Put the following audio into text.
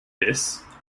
this